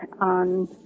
on